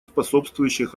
способствующих